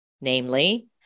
namely